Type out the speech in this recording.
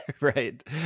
Right